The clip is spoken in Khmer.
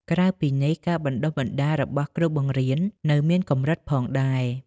ក្រៅពីនេះ ការបណ្តុះបណ្តាលរបស់គ្រូបង្រៀននៅមានកម្រិតផងដែរ។